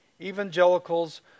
evangelicals